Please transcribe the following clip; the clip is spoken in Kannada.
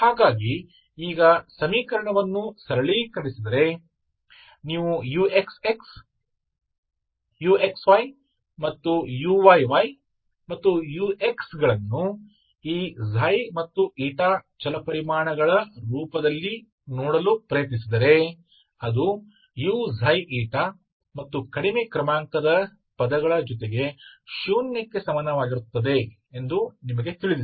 ಹಾಗಾಗಿ ಈಗ ಸಮೀಕರಣವನ್ನು ಸರಳೀಕರಿಸಿದರೆ ನೀವು uxxuxyಮತ್ತು uyy ಮತ್ತು ux ಗಳನ್ನು ಈ ಮತ್ತು ಚಲಪರಿಮಾಣಗಳ ರೂಪದಲ್ಲಿ ನೋಡಲು ಪ್ರಯತ್ನಿಸಿದರೆ ಅದು uξη ಮತ್ತು ಕಡಿಮೆ ಕ್ರಮಾಂಕದ ಪದಗಳ ಜೊತೆಗೆ ಶೂನ್ಯಕ್ಕೆ ಸಮಾನವಾಗಿರುತ್ತದೆ ಎಂದು ನಿಮಗೆ ತಿಳಿದಿದೆ